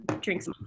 drinks